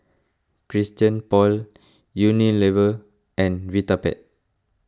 Christian Paul Unilever and Vitapet